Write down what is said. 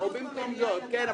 כן,